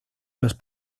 los